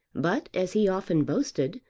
but, as he often boasted,